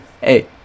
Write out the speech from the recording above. hey